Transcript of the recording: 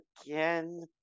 again